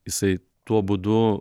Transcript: jisai tuo būdu